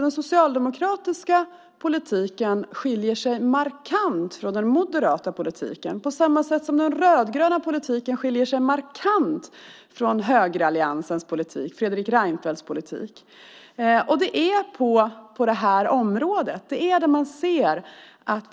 Den socialdemokratiska politiken skiljer sig markant från den moderata politiken på samma sätt som den rödgröna politiken skiljer sig markant från högeralliansens politik, Fredrik Reinfeldts politik. Det är på det här området man ser det.